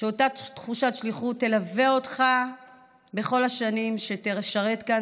שאותה תחושת שליחות תלווה אותך בכל השנים שתשרת כאן.